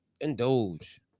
indulge